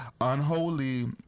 Unholy